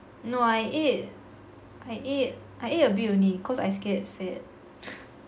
no I ate I ate a bit only cause I scared fat